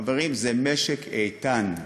חברים, זה משק איתן.